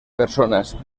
personas